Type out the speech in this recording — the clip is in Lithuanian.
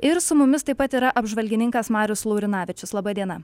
ir su mumis taip pat yra apžvalgininkas marius laurinavičius laba diena